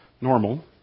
normal